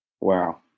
Wow